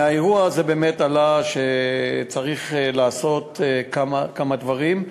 מהאירוע הזה עלה שצריך לעשות כמה דברים.